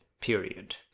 period